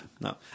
no